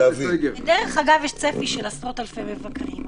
דרך אגב, יש צפי של עשרות אלפי מבקרים.